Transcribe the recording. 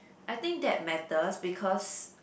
I think that matters because